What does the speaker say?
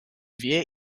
wir